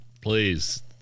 please